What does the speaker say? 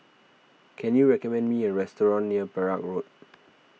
can you recommend me a restaurant near Perak Road